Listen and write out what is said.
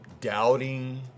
doubting